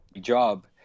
job